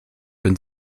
bin